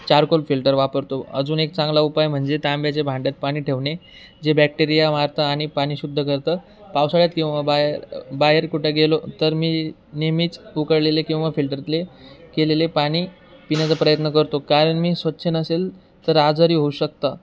charcoal filter वापरतो अजून एक चांगला उपाय म्हणजे तांब्याचे भांड्यात पाणी ठेवणे जे बॅक्टेरिया मारतं आणि पाणी शुद्ध करतं पावसाळ्यात किंवा बाहेर बाहेर कुठं गेलो तर मी नेहमीच उकळलेले किंवा फिल्टरातले केलेले पाणी पिण्याचा प्रयत्न करतो कारण मी स्वच्छ नसेल तर आजारी होऊ शकतात